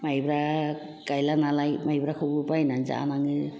मायब्रा गाइला नालाय मायब्राखौबो बायनानै जानाङो